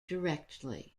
directly